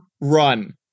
run